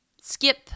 skip